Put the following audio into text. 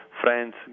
friends